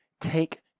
Take